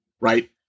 right